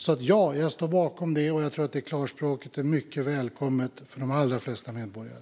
Ja, jag står alltså bakom detta, och jag tror att det klarspråket är mycket välkommet för de allra flesta medborgare.